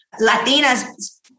Latinas